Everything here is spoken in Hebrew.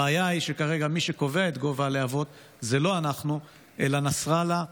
הבעיה היא שכרגע מי שקובע את גובה הלהבות זה לא אנחנו אלא נסראללה.